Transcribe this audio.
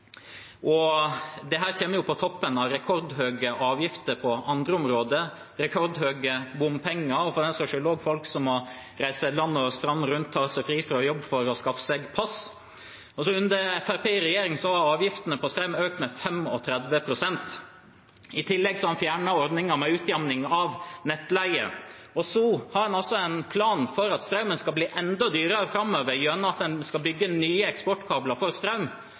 på toppen av rekordhøye avgifter på andre områder, rekordhøye bompenger og for den saks skyld at folk må reise land og strand rundt og ta seg fri fra jobb for å skaffe seg pass. I tiden Fremskrittspartiet har vært i regjering, har avgiftene på strøm økt med 35 pst. I tillegg har en fjernet ordningen med utjamning av nettleie. Så har en altså en plan for at strømmen skal bli enda dyrere framover gjennom at en skal bygge nye eksportkabler for